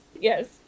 Yes